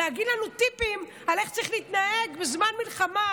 להגיד לנו טיפים על איך צריך להתנהג בזמן מלחמה.